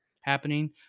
happening